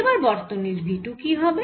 এবার বর্তনীর V 2 কি হবে